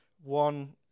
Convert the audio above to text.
One